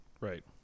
Right